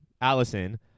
Allison